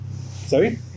Sorry